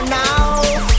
now